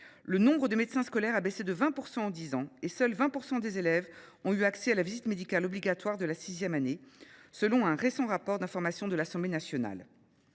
Le nombre de médecins scolaires a baissé de 20 % en dix ans, et seuls 20 % des élèves ont eu accès à la visite médicale obligatoire de la sixième année, selon un récent rapport d’information de l’Assemblée nationale.